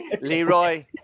Leroy